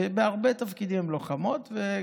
ובהרבה תפקידים הן לוחמות.